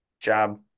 job